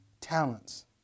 talents